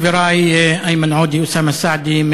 חברי איימן עודה ואוסאמה סעדי,